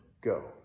go